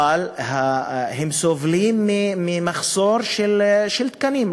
אבל הם סובלים ממחסור של תקנים.